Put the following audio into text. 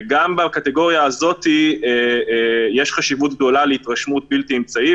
וגם בקטגוריה הזאת יש חשיבות גדולה להתרשמות בלתי אמצעית,